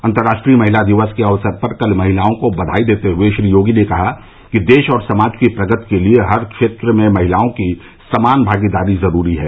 अन्तर्राष्ट्रीय महिला दिवस के अवसर पर कल महिलाओं को बधाई देते हुये श्री योगी ने कहा कि देश और समाज की प्रगति के लिये हर क्षेत्र में महिलाओं की समान भागीदारी ज़रूरी है